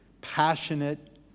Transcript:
passionate